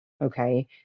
okay